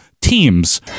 teams